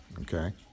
okay